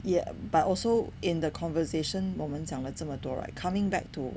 ya but also in the conversation moment 我们讲了这么多 right coming back to